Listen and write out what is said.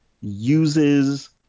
uses